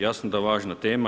Jasno da je važna tema.